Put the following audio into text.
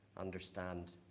understand